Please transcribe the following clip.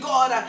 God